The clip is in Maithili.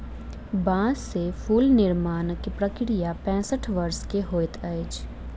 बांस से फूल निर्माण के प्रक्रिया पैसठ वर्ष के होइत अछि